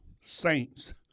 Saints